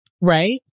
Right